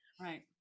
right